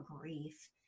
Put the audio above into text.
grief